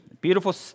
beautiful